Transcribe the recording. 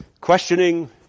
questioning